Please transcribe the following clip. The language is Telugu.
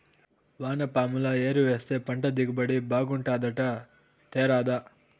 వానపాముల ఎరువేస్తే పంట దిగుబడి బాగుంటాదట తేరాదా